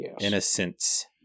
Innocence